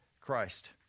Christ